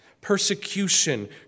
persecution